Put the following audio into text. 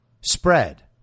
spread